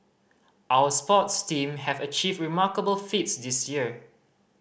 our sports team have achieved remarkable feats this year